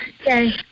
Okay